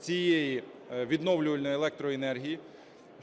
цієї відновлювальної електроенергії.